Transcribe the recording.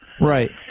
Right